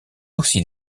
aussi